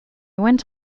went